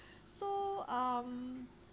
so um